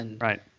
Right